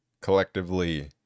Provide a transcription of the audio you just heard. collectively